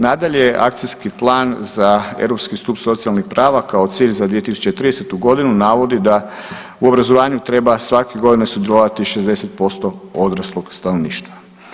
Nadalje, Akcijski plan za europski stup socijalnih prava kao cilj za 2030. godinu navodi da u obrazovanju treba svake godine sudjelovati 60% odraslog stanovništva.